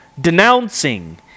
denouncing